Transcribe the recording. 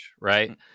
right